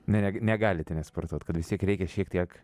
ne negalite nesportuoti kad visi reikia šiek tiek